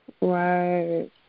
Right